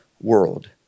world